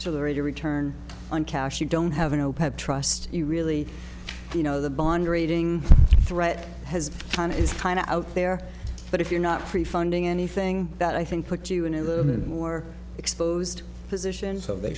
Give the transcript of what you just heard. to the rate of return on cash you don't have an open trust you really you know the bond rating threat has done is kind of out there but if you're not free funding anything that i think put you in a little bit more exposed position so they